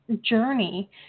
journey